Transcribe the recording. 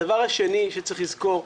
הדבר השני שצריך לזכור,